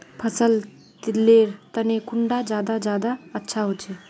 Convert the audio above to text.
फसल लेर तने कुंडा खाद ज्यादा अच्छा होचे?